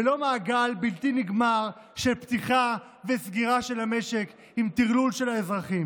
ולא מעגל בלתי נגמר של פתיחה וסגירה של המשק עם טרלול של האזרחים.